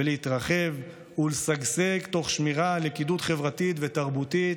להתרחב ולשגשג תוך שמירה על לכידות חברתית ותרבותית,